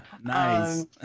Nice